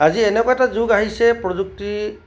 আজি এনেকুৱা এটা যুগ আহিছে প্ৰযুক্তিৰ